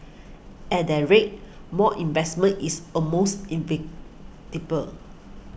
at that rate more investment is almost in way table